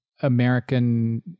American